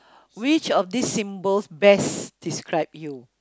which of these symbols best describe you